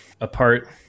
apart